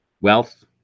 wealth